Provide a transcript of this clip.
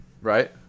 right